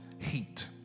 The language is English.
heat